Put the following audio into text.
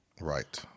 Right